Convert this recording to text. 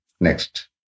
next